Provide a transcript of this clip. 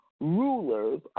rulers